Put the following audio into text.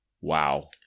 wow